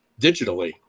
digitally